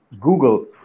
Google